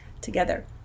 together